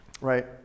right